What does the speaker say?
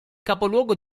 capoluogo